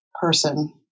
person